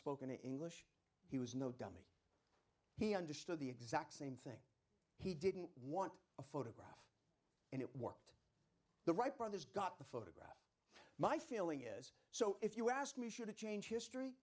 spoken english he was no dummy he understood the exact same thing he didn't want a photograph and it worked the wright brothers got the photograph my feeling is so if you ask me should it change history